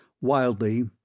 Wildly